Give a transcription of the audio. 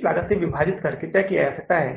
के संदर्भ में देखते हैं यह राशि 607000 डॉलर है और इस मामले में हमें अब भुगतान करना होगा